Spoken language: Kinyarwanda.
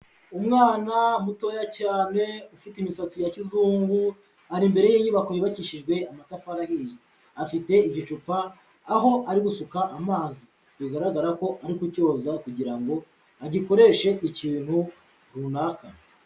Umwana mutoya cyane ufite imisatsi ya kizungu ari imbere y'inyubako yubakishijwe amatafari ahiye, afite igicupa aho ari gusuka amazi bigaragara ko ari kucyoza kugira ngo agikoreshe ikintu runaka.